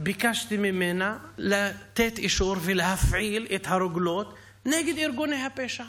ביקשתי ממנה לתת אישור להפעיל את הרוגלות נגד ארגוני הפשע